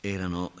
Erano